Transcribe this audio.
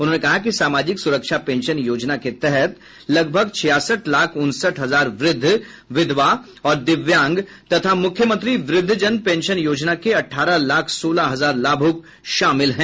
उन्होंने कहा कि सामाजिक सुरक्षा पेंशन योजना के तहत लगभग छियासठ लाख उनसठ हजार वृद्ध विधवा और दिव्यांग तथा मुख्यमंत्री वृद्धजन पेंशन योजना के अठारह लाख सोलह हजार लाभुक शामिल हैं